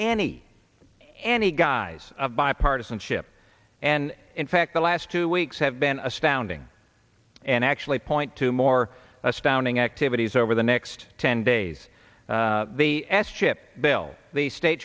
any any guise of bipartisanship and in fact the last two weeks have been astounding and actually point to more astounding activities over the next ten days the s chip bill the sta